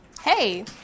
Hey